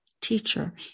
teacher